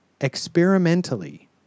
experimentally